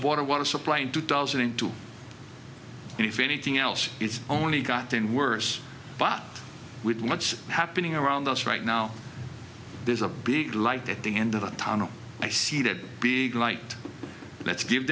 water water supply in two thousand and two and if anything else it's only gotten worse but with much happening around us right now there's a big light at the end of the tunnel i see that big light let's